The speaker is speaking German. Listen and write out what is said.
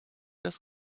das